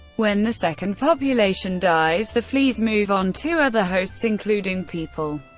when the second population dies, the fleas move on to other hosts, including people,